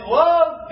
love